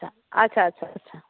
আচ্ছা আচ্ছা আচ্ছা